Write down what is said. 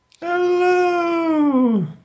Hello